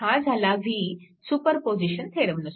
हा झाला v superposition थेरमनुसार